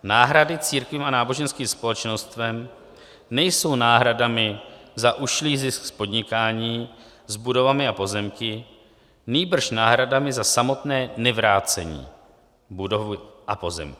Náhrady církvím a náboženským společnostem nejsou náhradami za ušlý zisk z podnikání s budovami a pozemky, nýbrž náhradami za samotné nevrácení budov a pozemků.